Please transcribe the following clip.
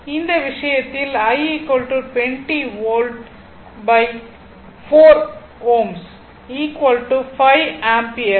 இந்த விஷயத்தில் i 20 volt 4 Ω 5 ampere